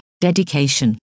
dedication